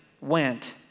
went